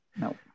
no